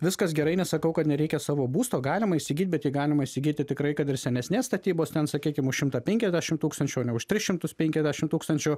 viskas gerai nesakau kad nereikia savo būsto galima įsigyt bet galima įsigyti tikrai kad ir senesnės statybos ten sakykim už šimtą penkiasdešimt tūkstančių o ne už tris šimtus penkiasdešimt tūkstančių